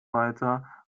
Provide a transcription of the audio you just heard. weiter